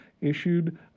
issued